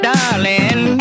Darling